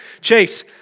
Chase